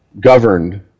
governed